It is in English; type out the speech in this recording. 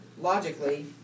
logically